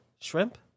shrimp